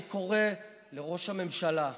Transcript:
אני קורא לראש הממשלה: